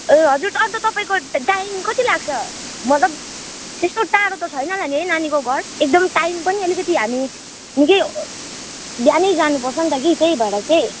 ए हजुर अन्त तपाईँको टाइम कति लाग्छ मतलब त्यस्तो टाढो त छैन होला नि नानीको घर एकदम टाइम पनि अलिकति हामी निकै बिहानै जानुपर्छ नि त कि त्यही भएर चाहिँ